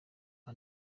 nta